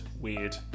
weird